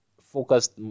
focused